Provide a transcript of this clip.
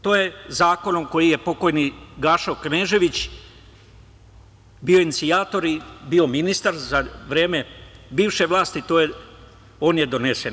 To je zakonom koji je pokojni Gašo Knežević bio inicijator i bio ministar za vreme bivše vlasti on je donesen.